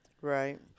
Right